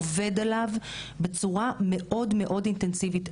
עובד עליו בצורה מאוד אינטנסיבית.